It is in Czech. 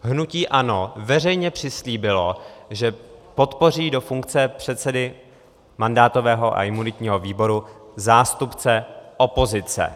Hnutí ANO veřejně přislíbilo, že podpoří do funkce předsedy mandátového a imunitního výboru zástupce opozice.